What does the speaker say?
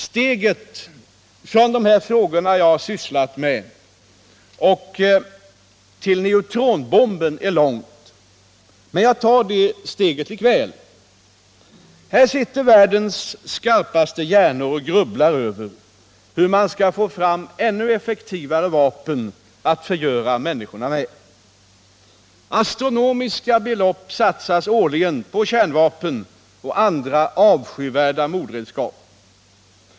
Steget från de frågor som jag här har uppehållit mig vid och till neutronbomben är långt. Men jag slutar ändå med att ta det steget. I dag sitter världens skarpaste hjärnor och grubblar över hur man skall få fram ännu effektivare vapen att förgöra människorna med. Astronomiska belopp satsas årligen på kärnvapen och andra avskyvärda mordredskap.